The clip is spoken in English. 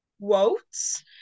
quotes